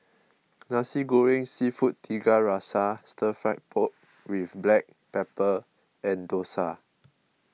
Nasi Goreng Seafood Tiga Rasa Stir Fry Pork with Black Pepper and Dosa